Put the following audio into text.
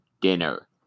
dinner